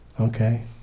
Okay